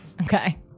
Okay